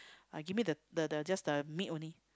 uh give me the the the just the meat only